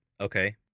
okay